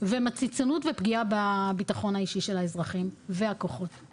ומציצנות ופגיעה בביטחון האישי של האזרחים והכוחות.